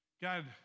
God